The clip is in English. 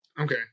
okay